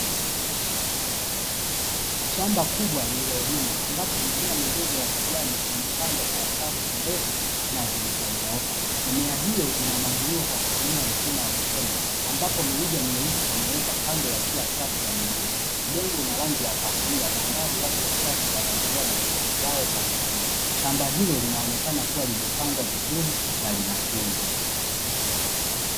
Shamba kubwa lililolimwa ambapo mimea midogo ya kijani imepandwa kwa safu ndefu na zilizonyooka. Mimea hiyo inamwagiliwa kwa kutumia mfumo wa matone, ambapo mirija meusi imewekwa kando ya kila safu ya mimea. Udongo una rangi ya kahawia, na mbali watu wachache wanaendelea na shughuli zao za kilimo. Shamba hili linaonekana kuwa limepangwa vizuri na linatunzwa.